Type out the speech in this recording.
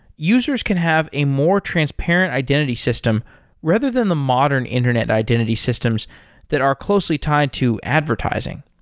users can have a more transparent identity system rather than the modern internet identity systems that are closely tied to advertising.